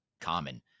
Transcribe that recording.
common